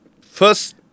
first